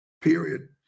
period